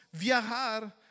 viajar